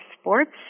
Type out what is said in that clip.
sports